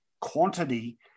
quantity